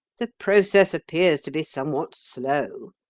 the process appears to be somewhat slow,